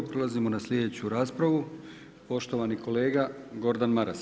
Prelazimo na sljedeću raspravu, poštovani kolega Gordan Maras.